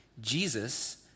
Jesus